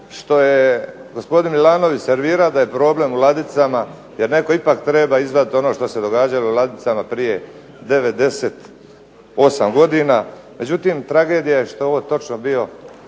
što je gospodin Milanović servirao da je problem u ladicama jer netko ipak treba izvaditi ono što se događalo u ladicama prije 9, 10, 8 godina. Međutim, tragedija je što je ovo točno bio